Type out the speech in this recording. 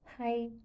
Hi